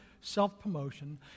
self-promotion